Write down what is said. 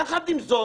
יחד עם זאת